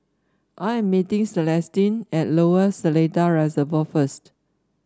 I am meeting Celestine at Lower Seletar Reservoir first